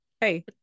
hey